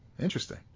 Interesting